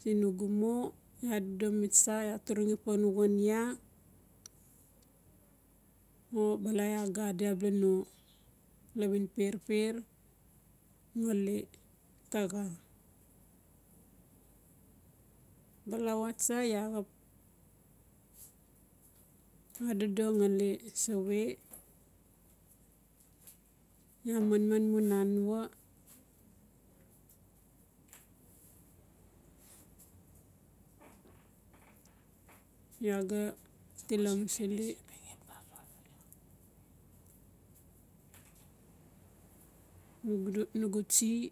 siin bugu mo. Iaa adodomi tsa iaa turungi pan wan iaa o bala iaa ga adi abia no lawin perper ngali taxa. Balawa tsa iaa xap adodo ngali sawe iaa manman mu nanua iaa ga til amusili nugu no nugu tsie.